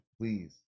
please